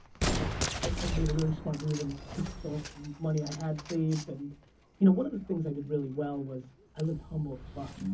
i i made a really smart move and took money i had saved and you know one of the things i did really well was i lived humble as fuck.